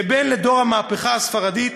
כבן לדור המהפכה הספרדית,